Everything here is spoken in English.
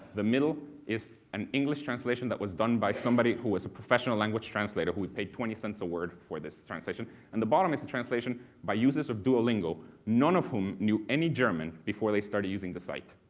the middle is an english translation that was done by somebody who was a professional language translator, who we've paid twenty cents a word for this translation, and the bottom is a translation by users of duolingo, none of whom knew any german before they started using the site.